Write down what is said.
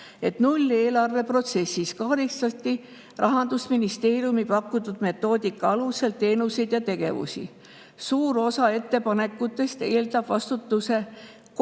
et nulleelarve protsessis kaardistati Rahandusministeeriumi pakutud metoodika alusel teenuseid ja tegevusi. Suur osa ettepanekutest eeldab vastutuse